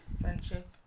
Friendship